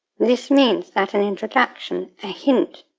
this means that an introduction, a hint,